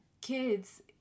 kids